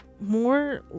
More